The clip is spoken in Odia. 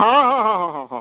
ହଁ ହଁ ହଁ ହଁ ହଁ